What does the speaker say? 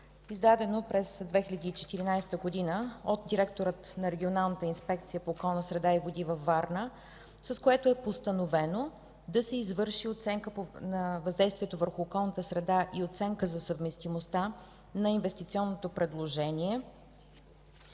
издадено през 2014 г. от директора на Регионалната инспекция по околната среда и водите във Варна, с което е постановено да се извърши оценка на въздействието върху околната среда и оценка за съвместимостта на инвестиционното предложение,